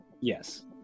Yes